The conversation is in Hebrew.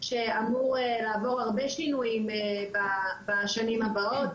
שאמור לעבור הרבה שינויים בשנים הבאות.